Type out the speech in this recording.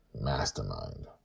Mastermind